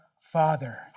Father